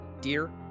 dear